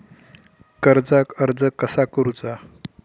कर्जाक अर्ज कसा करुचा?